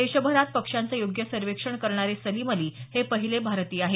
देशभरात पक्ष्यांचं योग्य सर्वेक्षण करणारे सलिम अली हे पहिले भारतीय आहेत